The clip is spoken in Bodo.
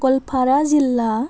ग'वालपारा जिल्ला